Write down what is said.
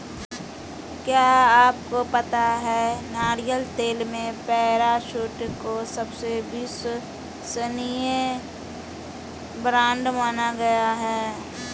क्या आपको पता है नारियल तेल में पैराशूट को सबसे विश्वसनीय ब्रांड माना गया है?